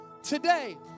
today